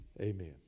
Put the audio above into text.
Amen